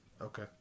Okay